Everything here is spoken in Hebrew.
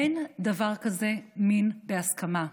אין דבר כזה מין בהסכמה.